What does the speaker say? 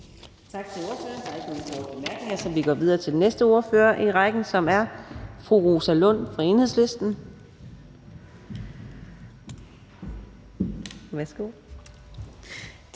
bemærkninger, så vi går videre til den næste ordfører i rækken, som er fru Rosa Lund fra Enhedslisten. Værsgo.